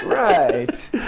Right